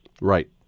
Right